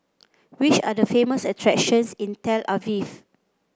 which are the famous attractions in Tel Aviv